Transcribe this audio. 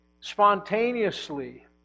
spontaneously